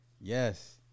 Yes